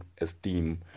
esteem